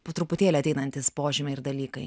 po truputėlį ateinantys požymiai ir dalykai